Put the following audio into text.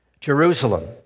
Jerusalem